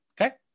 Okay